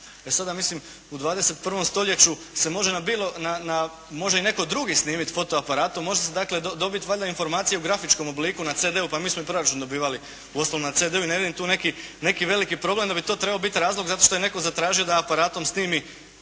E sada mislim u 21. stoljeću se može i netko drugi snimiti fotoaparatom, može se dakle dobiti valjana informacija u grafičkom obliku na cd-u, pa mi smo i proračun dobivali uostalom na cd-u i ne vidim tu neki veliki problem da bi to trebao biti razlog zato što je netko zatražio da aparatom snimi nešto,